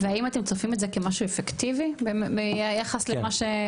והאם אתם צופים את זה כמשהו אפקטיבי ביחס למה?